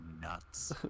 nuts